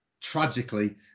tragically